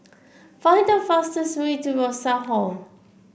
find the fastest way to Rosas Hall